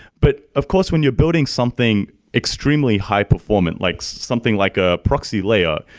but, of course, when you're building something extremely high-performant, like so something like a proxy layer,